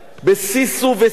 בשישו ושמחו.